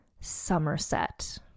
somerset